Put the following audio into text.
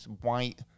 white